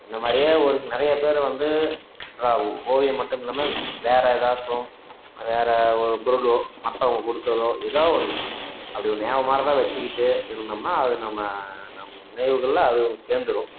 என்னை மாதிரியே ஒரு நிறைய பேர் வந்து ட்ரா ஓவியம் மட்டுமில்லாமல் வேறு ஏதாஸ்சும் வேறு ஒரு பொருளோ மற்றவங்க கொடுத்ததோ ஏதோ ஒன்று அப்படி ஒன்று நியாபகமானதாக வச்சிக்கிட்டு இருந்தோம்னால் அது நம்ம நம் நினைவுகள்ல அது சேர்ந்திடும்